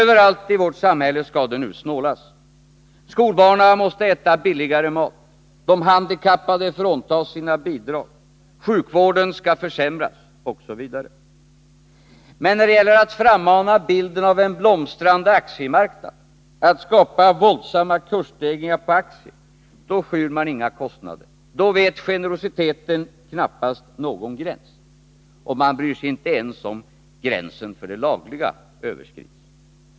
Överallt i vårt samhälle skall det nu snålas: skolbarnen måste äta billigare mat, de handikappade fråntas sina bidrag, sjukvården försämras osv. Men när det gäller att frammana bilden av en blomstrande aktiemarknad, att skapa våldsamma kursstegringar på aktier, då skyr man inga kostnader, då vet generositeten knappast någon gräns. Man bryr sig inte ens om huruvida gränsen för det lagliga överskrids.